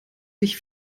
sich